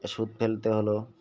সুদ ফেলতে হলো